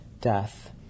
death